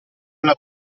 alla